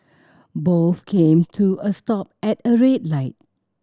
both came to a stop at a red light